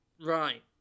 Right